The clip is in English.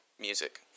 music